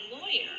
lawyer